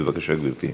בבקשה, גברתי.